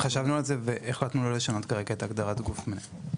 חשבנו על זה והחלטנו לא לשנות כרגע את הגדרת הגוף המנהל.